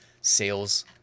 sales